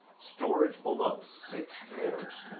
storage below, six drawers,